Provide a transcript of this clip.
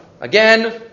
Again